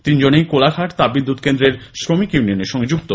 তিনজনেই কোলাঘাট তাপবিদ্যুৎ কেন্দ্রের শ্রমিক ইউনিয়নের সঙ্গে যুক্ত